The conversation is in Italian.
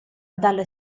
dalle